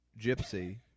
gypsy